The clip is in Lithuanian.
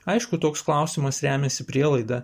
aišku toks klausimas remiasi prielaida